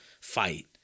fight